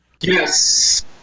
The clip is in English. Yes